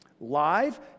live